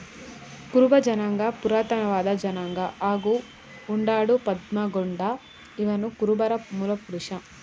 ಕುರುಬ ಜನಾಂಗ ಪುರಾತನವಾದ ಜನಾಂಗ ಹಾಗೂ ಉಂಡಾಡು ಪದ್ಮಗೊಂಡ ಇವನುಕುರುಬರ ಮೂಲಪುರುಷ